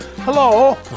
Hello